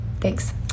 thanks